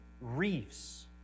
reefs